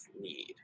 need